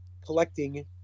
collecting